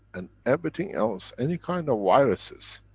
and everything else. any kind of viruses.